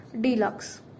Deluxe